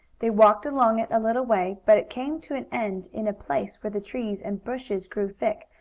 they walked along it a little way, but it came to an end in a place where the trees and bushes grew thick,